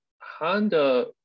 Honda